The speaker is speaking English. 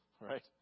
right